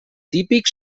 típic